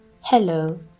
Hello